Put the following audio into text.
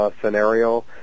scenario